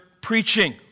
preaching